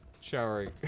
showering